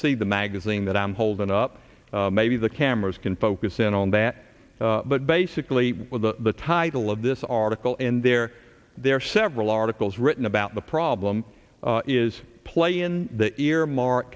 see the magazine that i'm holding up maybe the cameras can focus in on that but basically with the title of this article in there there are several articles written about the problem is play in the earmark